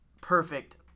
perfect